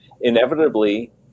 inevitably